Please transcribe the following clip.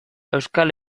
euskal